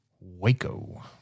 Waco